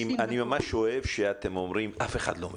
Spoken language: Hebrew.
אני ממש אוהב שאתם אומרים אף אחד לא מבין.